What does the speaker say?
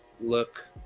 look